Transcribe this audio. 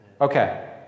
Okay